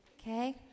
Okay